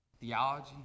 theology